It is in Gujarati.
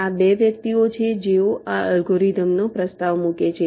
આ 2 વ્યક્તિઓ છે જેઓ આ અલ્ગોરિધમનો પ્રસ્તાવ મૂકે છે